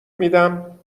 میدم